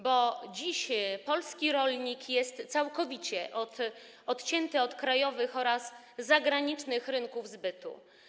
Bo dziś polski rolnik jest całkowicie odcięty od krajowych oraz zagranicznych rynków zbytu.